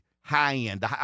high-end